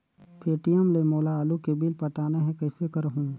Paytm ले मोला आलू के बिल पटाना हे, कइसे करहुँ?